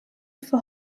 for